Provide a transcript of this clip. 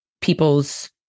people's